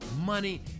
money